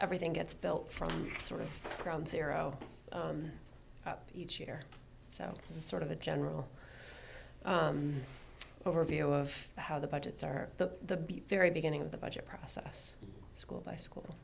everything gets built from sort of ground zero each year so it's sort of a general overview of how the budgets are the very beginning of the budget process school by school